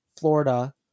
Florida